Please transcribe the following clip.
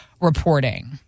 reporting